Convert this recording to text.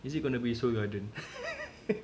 is it gonna be Seoul Garden